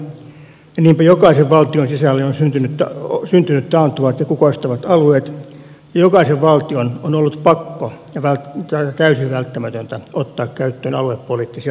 niinpä jokaisen valtion sisälle on syntynyt taantuvat ja kukoistavat alueet ja jokaisen valtion on ollut pakko ja täysin välttämätöntä ottaa käyttöön aluepoliittisia tulonsiirtoja